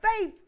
faith